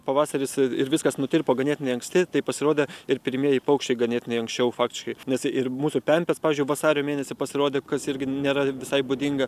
pavasaris ir ir viskas nutirpo ganėtinai anksti tai pasirodė ir pirmieji paukščiai ganėtinai anksčiau faktiškai nes ir mūsų pempės pavyzdžiui vasario mėnesį pasirodė kas irgi nėra visai būdinga